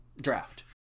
draft